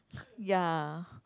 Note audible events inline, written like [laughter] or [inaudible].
[noise] ya